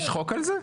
יש חוק על זה?